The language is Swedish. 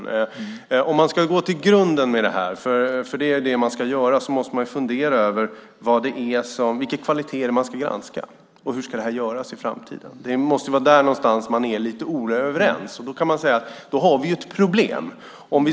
Ska man gå till grunden med detta måste man fundera över vilken kvalitet det är man ska granska och hur det ska göras i framtiden. Det måste vara där någonstans man inte är överens. Då har vi ett problem.